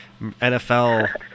NFL